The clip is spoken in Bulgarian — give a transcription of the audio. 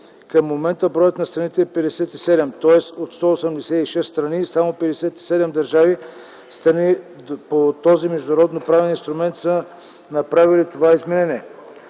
Към момента броят на страните е 57, тоест от 186 страни само 57 държави – страни по този международноправен инструмент, са направили това изменение.